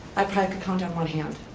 i probably can count on one hand.